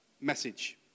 message